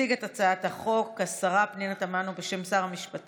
הצעת חוק סליקת שיקים ושיקים ללא כיסוי (תיקוני